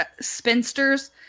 spinsters